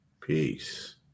Peace